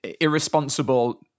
irresponsible